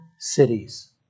cities